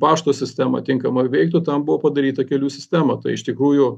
pašto sistema tinkamai veiktų tam buvo padaryta kelių sistema tai iš tikrųjų